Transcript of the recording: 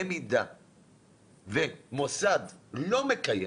אם מוסד לא מקיים,